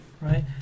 right